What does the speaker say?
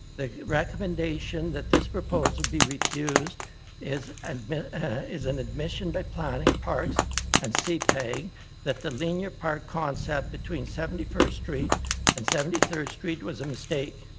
the recommendation that this proposal be refused is an is an admission by planning, parks and cpay that the linear park concept between seventy first street and seventy third street was a mistake